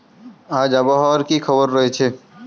আজ আবহাওয়ার কি খবর রয়েছে?